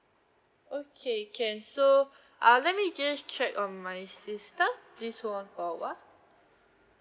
okay can so uh let me just check on my system please hold on for awhile